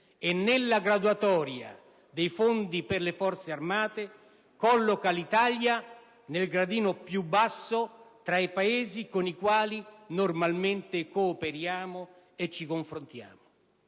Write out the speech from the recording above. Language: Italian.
e, nella graduatoria dei fondi per le Forze armate, colloca l'Italia nel gradino più basso tra i Paesi con i quali normalmente cooperiamo e ci confrontiamo.